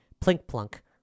Plink-plunk